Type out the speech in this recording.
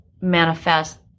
manifest